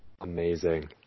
Amazing